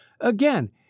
Again